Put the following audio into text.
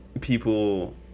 people